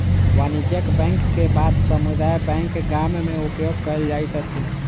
वाणिज्यक बैंक के बाद समुदाय बैंक गाम में उपयोग कयल जाइत अछि